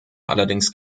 allerdings